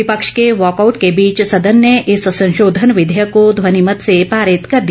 विपक्ष के वाकआउट के बीच सदन ने इस संशोधन विधेयक को ध्वनिमत से पारित कर दिया